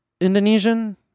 Indonesian